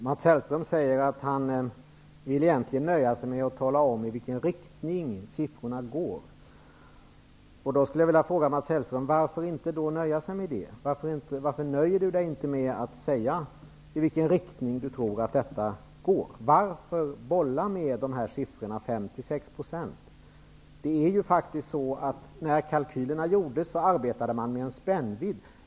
Herr talman! Mats Hellström vill egentligen nöja sig med att tala om i vilken riktning de här siffrorna går. Men varför då inte nöja sig med att säga i vilken riktning de antas gå? Varför bolla med siffran 5-- När kalkylerna gjordes arbetade man faktiskt med en spännvidd.